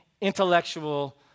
intellectual